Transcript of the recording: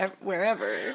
wherever